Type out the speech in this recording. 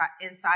inside